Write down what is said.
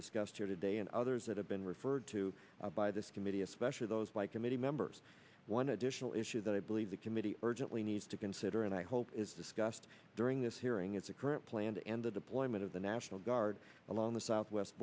discussed here today and others that have been referred to by this committee especially those by committee members one additional issue that i believe the committee urgently needs to consider and i hope is discussed during this hearing is a current plan to end the deployment of the national guard along the southwest